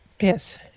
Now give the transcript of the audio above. Yes